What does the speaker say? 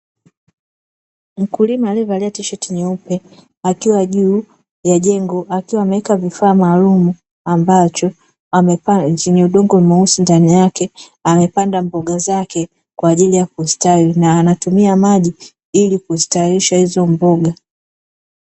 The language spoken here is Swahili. Mkulima aliyevalia tisheti nyeupe akiwa juu ya jengo, akiwa anaweka vifaa maalumu, ambacho vyenye udongo mweusi ndani yake amepanda mboga zake kwa ajili ya kustawi, na anatumia maji ili kustawisha hizo mboga.